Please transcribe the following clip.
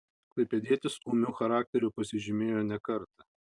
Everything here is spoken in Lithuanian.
klaipėdietis ūmiu charakteriu pasižymėjo ne kartą